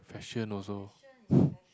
fashion also